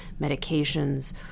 medications